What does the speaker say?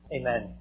Amen